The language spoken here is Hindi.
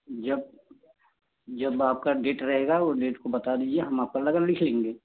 जब जब आपकी डेट रहेगी वह डेट को बता दीजिए हम आपका लगन लिख लेंगे